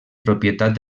propietat